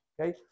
Okay